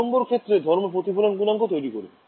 ২ নং ক্ষেত্রের ধর্ম প্রতিফলন গুনাঙ্ক তৈরি করবে